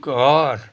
घर